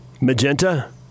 Magenta